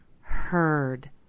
heard